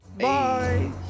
Bye